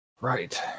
Right